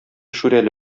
шүрәле